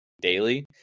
daily